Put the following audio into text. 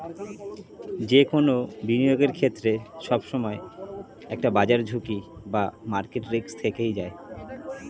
যে কোনো বিনিয়োগের ক্ষেত্রে, সবসময় একটি বাজার ঝুঁকি বা মার্কেট রিস্ক থেকেই যায়